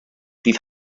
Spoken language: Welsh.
bydd